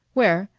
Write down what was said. where,